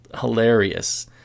hilarious